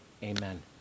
Amen